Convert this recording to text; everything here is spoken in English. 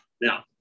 Now